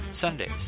Sundays